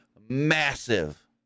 massive